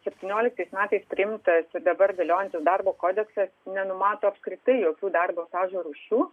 septynioliktais metais priimtas ir dabar galiojantis darbo kodeksas nenumato apskritai jokių darbo stažo rūšių